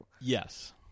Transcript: Yes